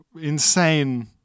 insane